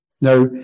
Now